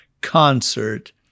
concert